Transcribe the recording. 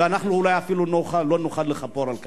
ואנחנו אולי אפילו לא נוכל לכפר על כך.